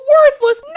Worthless